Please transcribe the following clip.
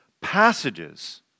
passages